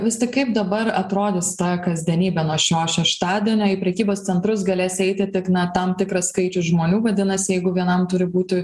vis tik kaip dabar atrodys ta kasdienybė nuo šio šeštadienio į prekybos centrus galės eiti tik na tam tikras skaičius žmonių vadinasi jeigu vienam turi būtų